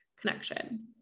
connection